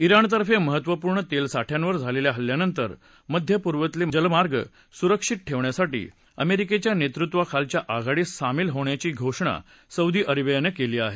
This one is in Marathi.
रोणकडून महत्त्वपूर्ण तेल साठ्यांवर झालेल्या हल्ल्यानंतर मध्यपूर्वेतले जलमार्ग सुरक्षित ठेवण्यासाठी अमेरिकेच्या नेतृत्वाखालच्या आघाडीत सामील होण्याची घोषणा सौदी अरेबियानं केली आहे